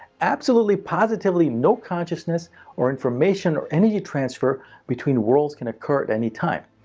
absolutely, positively no consciousness or information or energy transfer between worlds can occur at any time.